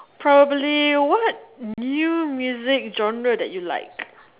probably what new music genre that you like